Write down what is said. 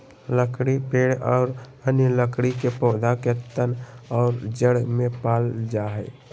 लकड़ी पेड़ और अन्य लकड़ी के पौधा के तन और जड़ में पाल जा हइ